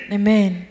Amen